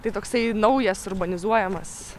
tai toksai naujas urbanizuojamas